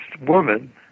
woman